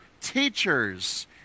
teachers